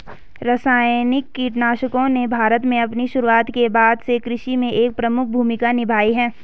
रासायनिक कीटनाशकों ने भारत में अपनी शुरुआत के बाद से कृषि में एक प्रमुख भूमिका निभाई है